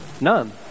None